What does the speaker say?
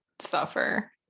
suffer